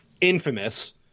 infamous